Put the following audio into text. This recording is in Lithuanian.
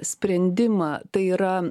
sprendimą tai yra